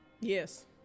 yes